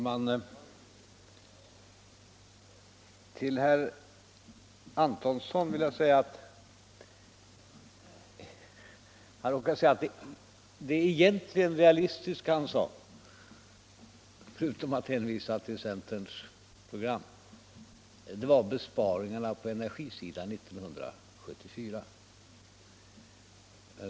Herr talman! Jag vill vända mig till herr Antonsson. Det enligt egen uppgift enda realistiska han anförde var de besparingar som skett på energisidan 1974.